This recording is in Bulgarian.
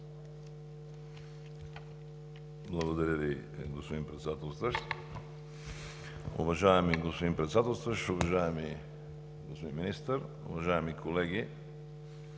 Благодаря Ви, господни Председателстващ. Уважаеми господин Председателстващ, уважаеми господин Министър, уважаеми колеги!